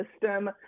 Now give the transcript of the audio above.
system